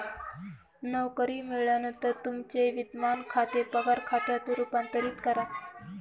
नोकरी मिळाल्यानंतर तुमचे विद्यमान खाते पगार खात्यात रूपांतरित करा